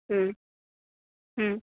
ಹ್ಞೂಂ ಹ್ಞೂಂ